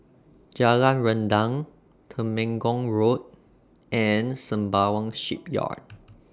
Jalan Rendang Temenggong Road and Sembawang Shipyard